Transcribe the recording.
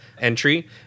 entry